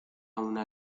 una